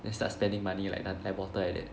then start spending money like noth~ like water like that